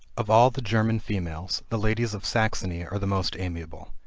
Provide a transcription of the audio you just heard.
of all the german females, the ladies of saxony are the most amiable.